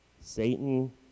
Satan